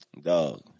dog